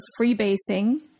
freebasing